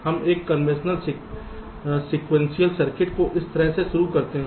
हम एक conventional sequential circuit को इस तरह से शुरू करते हैं